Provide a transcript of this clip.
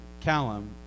Callum